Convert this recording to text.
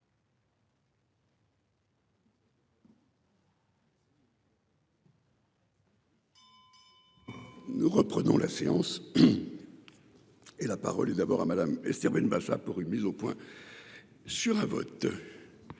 Nous reprenons la séance. Et la parole est d'abord à Madame. Esther Benbassa, pour une mise au point. Sur un vote.